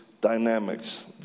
dynamics